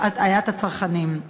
תוך הטעיית הצרכנים.